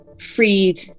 freed